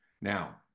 Now